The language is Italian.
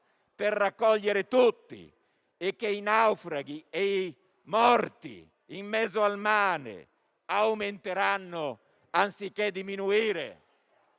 per raccogliere tutti e che i naufraghi e i morti in mezzo al mare, anziché diminuire,